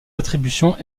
attributions